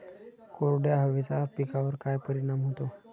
कोरड्या हवेचा पिकावर काय परिणाम होतो?